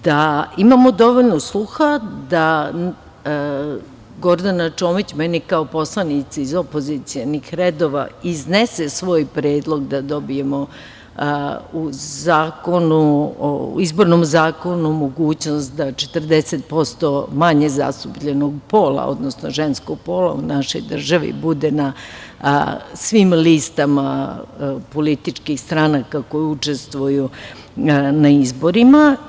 Da imamo dovoljno sluha, da Gordana Čomić kao poslanica iz opozicionih redova meni iznese svoj predlog da dobijemo u izbornom zakonu mogućnost da 40% manje zastupljenog pola, odnosno ženskog pola u našoj državi bude na svim listama političkih stranaka koje učestvuju na izborima.